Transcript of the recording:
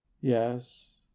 Yes